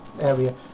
area